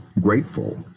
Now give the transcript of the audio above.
grateful